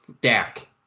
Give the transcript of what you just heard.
Dak